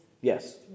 Yes